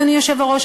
אדוני היושב-ראש,